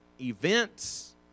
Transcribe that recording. events